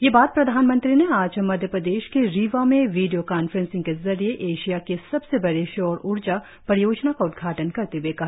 ये बात प्रधानमंत्री ने आज मध्यप्रदेश के रीवा में वीडियो कान्फ्रेंस के जरिये एशिया की सबसे बड़ी सौर ऊर्जा परियोजना का उदघाटन करते हए कहा